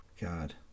God